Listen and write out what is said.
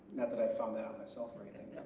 that i found that out myself or anything.